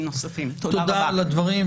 תודה על הדברים.